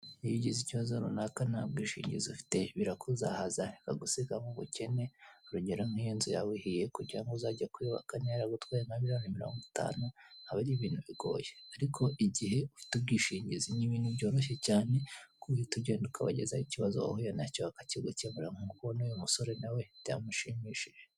Iyo ugize ikibazo runaka nta bwishingizi ufite birakuzahaza, bikagusiga mu bukene, urugero nk'iyo inzu yawe ihiye, kugira ngo uzajye kuyubaka niba yaragutwaye nka miliyoni mirongo itanu aba ari ibintu bigoye. Ariko igiye ufite ubwishingizi, ni ubintu byoroshye cyane kuko uhita ugenda ukabagezaho ikibazo cyawe bakakigukemurira nk'uko ubona uyu musore na we byamushimishije.